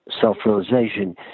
self-realization